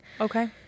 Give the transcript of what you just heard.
Okay